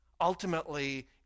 ultimately